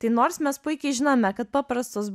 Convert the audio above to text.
tai nors mes puikiai žinome kad paprastus